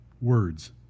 words